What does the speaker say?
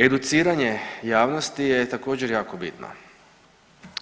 Educiranje javnosti je također jako bitno